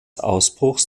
ausbruchs